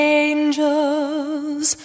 angels